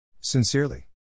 Sincerely